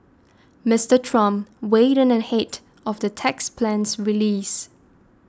Mister Trump weighed in ahead of the tax plan's release